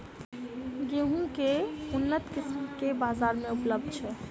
गेंहूँ केँ के उन्नत किसिम केँ बीज बजार मे उपलब्ध छैय?